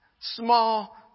small